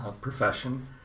profession